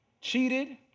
cheated